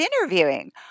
interviewing